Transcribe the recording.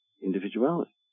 individuality